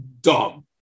dumb